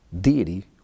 deity